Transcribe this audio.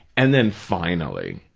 and then finally,